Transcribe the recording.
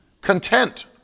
content